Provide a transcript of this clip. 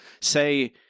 say